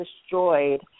destroyed